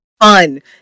fun